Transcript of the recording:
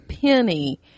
penny